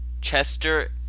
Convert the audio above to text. Chester